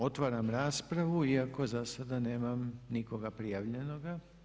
Otvaram raspravu iako za sada nemam nikoga prijavljenoga.